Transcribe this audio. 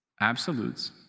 Absolutes